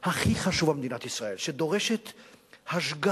הכי חשובה במדינת ישראל, שדורשת השגחה,